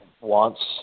wants